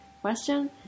question